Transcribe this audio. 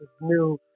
new